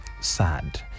sad